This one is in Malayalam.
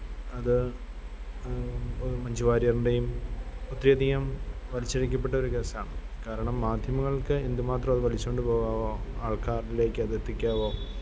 അത് ഇപ്പം മഞ്ചുവാര്യർന്റെയും ഒത്തിരിയധികം വലിച്ചിഴക്കപ്പെട്ട ഒരു കേസാണ് കാരണം മാധ്യമങ്ങള്ക്ക് എന്ത്മാത്രം അത് വലിച്ചോണ്ട് പോകാവോ ആള്ക്കാരിലേക്ക് അതെത്തിക്കാവോ